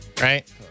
right